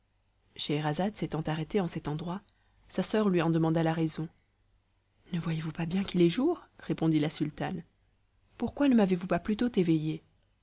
scheherazade s'étant arrêtée en cet endroit sa soeur lui en demanda la raison ne voyez-vous pas bien qu'il est jour répondit la sultane pourquoi ne m'avez-vous pas plus tôt éveillée